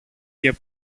και